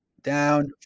down